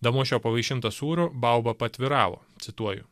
damušio pavaišintas sūriu bauba paatviravo cituoju